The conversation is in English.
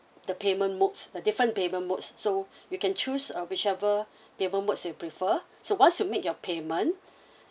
the payment modes the different payment modes so you can choose uh whichever payment modes you prefer so once you make your payment